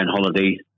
holiday